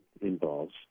involves